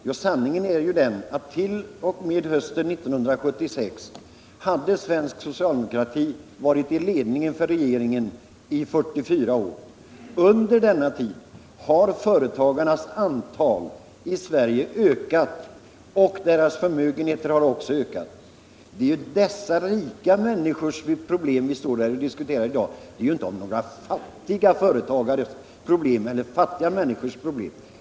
Jo, sanningen är den att svensk socialdemokrati t.o.m. hösten 1976 hade suttit i regeringen i 44 år. Under denna tid har antalet företagare i Sverige ökat liksom deras förmögenheter. Det är dessa rika människors problem som vi i dag diskuterar. Det gäller inte några fattiga människors problem.